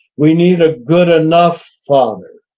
we need a good enough father.